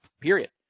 Period